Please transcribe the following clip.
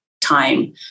time